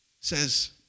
says